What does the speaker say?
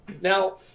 Now